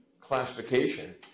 classification